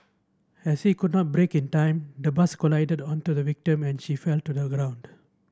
as he could not brake in time the bus collided onto the victim and she fell to the ground